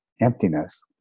emptiness